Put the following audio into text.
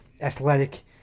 athletic